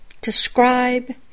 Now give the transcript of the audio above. describe